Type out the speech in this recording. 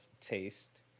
taste